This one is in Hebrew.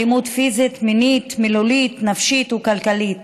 אלימות פיזית, מינית, מילולית, נפשית וכלכלית.